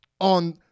on